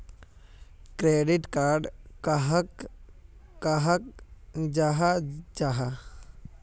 Credit card कहाक कहाल जाहा जाहा?